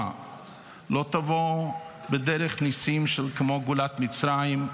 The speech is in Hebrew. לא תבוא בדרך ניסים כמו גאולת מצרים,